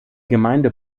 gemeinde